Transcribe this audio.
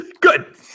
good